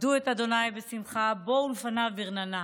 עבדו את ה' בשמחה בֹּאו לפניו ברננה.